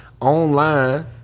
online